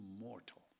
immortal